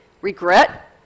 regret